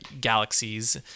galaxies